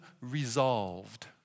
resolved